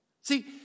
See